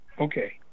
Okay